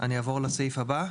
אני אעבור לסעיף הבא.